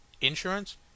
Insurance